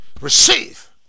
Receive